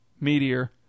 Meteor